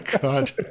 God